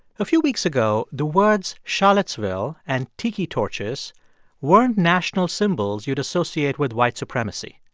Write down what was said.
a few weeks ago, the words charlottesville and tiki torches weren't national symbols you'd associate with white supremacy.